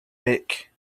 make